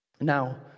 Now